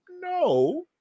no